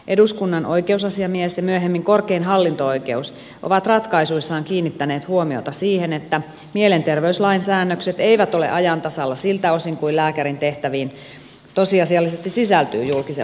eduskunnan oikeusasiamies ja myöhemmin korkein hallinto oikeus ovat ratkaisuissaan kiinnittäneet huomiota siihen että mielenterveyslain säännökset eivät ole ajan tasalla siltä osin kuin lääkärin tehtäviin tosiasiallisesti sisältyy julkisen vallan käyttöä